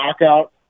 knockout